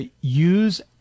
use